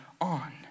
on